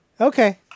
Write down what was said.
Okay